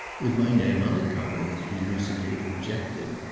with my name on the cover? he lucidly objected.